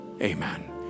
amen